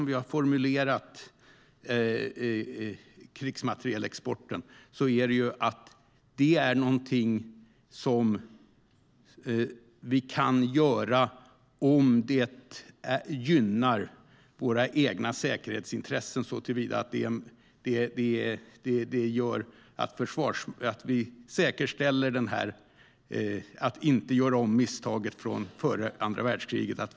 Vi har formulerat krigsmaterielexporten som så att det är något vi kan göra om det gynnar våra egna säkerhetsintressen såtillvida att vi kan säkerställa att vi inte gör om misstagen från före andra världskriget.